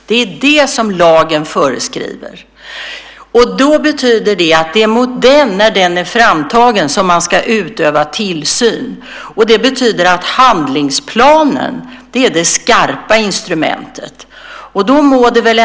Det är det som lagen föreskriver, och det betyder att när den är framtagen är det mot den som man ska utöva tillsyn. Det i sin tur betyder att handlingsplanen är det skarpa instrumentet.